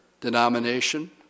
denomination